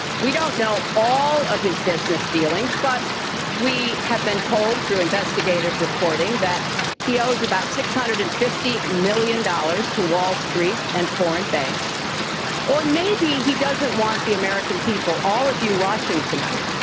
we don't know all of his business dealings but we have been told through investigative reporting that he owes about six hundred and fifty million dollars to wall street and foreign banks or maybe he doesn't want the american people, all of you watching tonight,